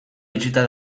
itxita